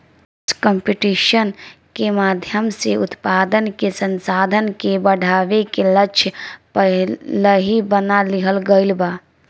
tax competition के माध्यम से उत्पादन के संसाधन के बढ़ावे के लक्ष्य पहिलही बना लिहल गइल बा